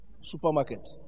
supermarket